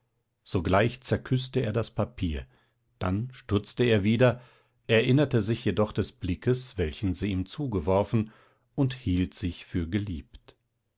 sogleich zerküßte er das papier dann stutzte er wieder erinnerte sich jedoch des blickes welchen sie ihm zugeworfen und hielt sich für geliebt